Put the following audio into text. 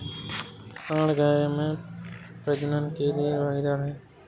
सांड गाय में प्रजनन के लिए भागीदार है